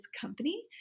company